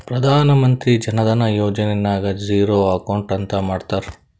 ಪ್ರಧಾನ್ ಮಂತ್ರಿ ಜನ ಧನ ಯೋಜನೆ ನಾಗ್ zero account ಅಂತ ಮಾಡ್ತಾರ